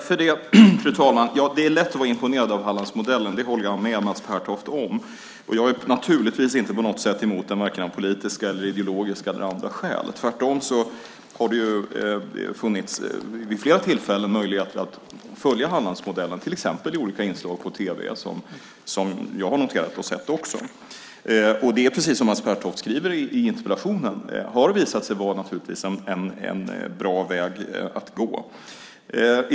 Fru talman! Det är lätt att vara imponerad av Hallandsmodellen, det håller jag med Mats Pertoft om, och jag är naturligtvis inte på något sätt emot den, vare sig av politiska, av ideologiska eller av andra skäl. Tvärtom har det vid flera tillfällen funnits möjlighet att följa Hallandsmodellen, till exempel i olika inslag i tv som jag har sett. Detta har, precis som Mats Pertoft skriver i interpellationen, visat sig vara en bra väg att gå.